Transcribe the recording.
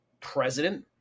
president